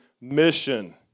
mission